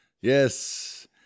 Yes